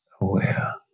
aware